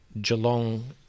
Geelong